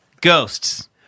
Ghosts